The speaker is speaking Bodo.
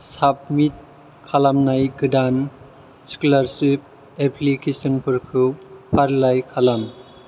साबमिट खालामनाय गोदान स्क'लारशिप एप्लिकेसनफोरखौ फारिलाइ खालाम